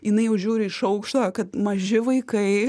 jinai jau žiūri iš aukšto kad maži vaikai